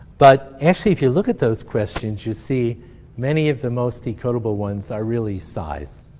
but actually, if you look at those questions, you see many of the most incredible ones are really size.